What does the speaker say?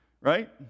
right